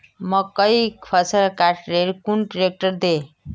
मकईर फसल काट ले कुन ट्रेक्टर दे?